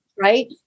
Right